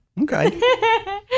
Okay